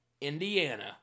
Indiana